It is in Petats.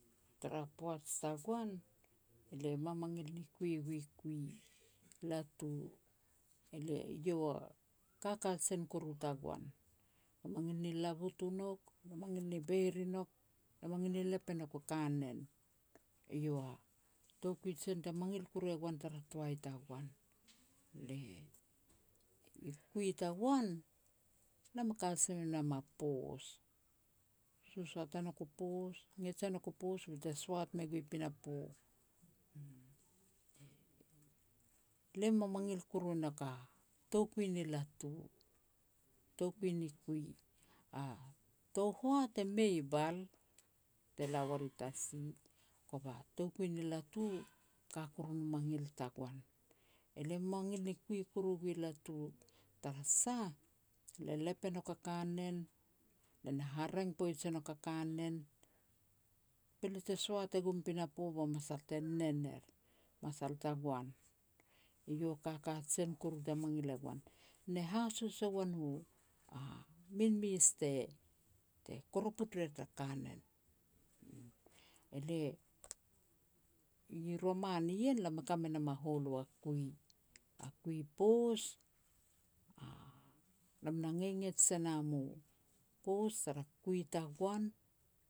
Tara poaj tagoan, elia mamangil ni kui gui kui, latu. Elia eiau a ka kajen kuru tagoan. Lia mangil ni labut u nouk, lia mangil ni beir i nouk, lia mangil ni lep e nouk a kanen, eiau a toukui jen te mangil kuru e goan tara toai tagoan. I kui tagoan, lam e ka si me nam a poos. Sosoat e nouk u poos, ngets e nouk a poos be te soat me gua pinapo, uum. Lia mamangil kuru e nouk a toukui ni latu, toukui ni kui. A tou hoat e mei bal, te la uar i tasi, kova toukui ni latu e ka kuru nu mangil tagoan. Elia mangil ni kui kuru gui latu, tara sah, lia lep e nouk a kanen, le na hareng poij e nouk a kanen, be lia te soat e gum pinapo ba masal te nen er, masal tagoan. Eiau a ka kajen kuru te mangil e goan. Ne haso se guan a min mes te-te koroput ria tara kanen. Ele, I roman ien elam e ka me nam a hualu a kui, a kui poos, lam na ngegets se nam u poos tara kui tagoan